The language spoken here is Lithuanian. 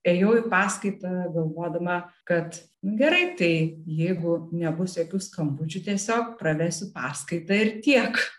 ėjau į paskaitą galvodama kad gerai tai jeigu nebus jokių skambučių tiesiog pravesiu paskaitą ir tiek